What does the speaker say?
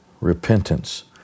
repentance